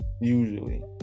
Usually